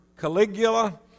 Caligula